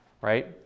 Right